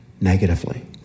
negatively